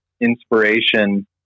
inspiration